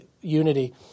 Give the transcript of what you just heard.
unity